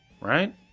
right